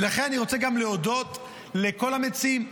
ולכן אני רוצה גם להודות לכל המציעים.